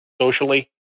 socially